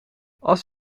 als